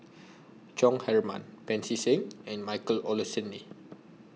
Chong Heman Pancy Seng and Michael Olcomendy